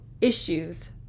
issues